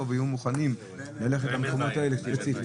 יכולה לתת פתרון לסיעודי היותר מורכב.